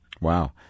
Wow